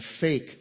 fake